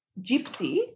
Gypsy